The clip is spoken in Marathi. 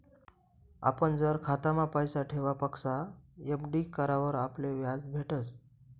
आपण जर खातामा पैसा ठेवापक्सा एफ.डी करावर आपले याज भेटस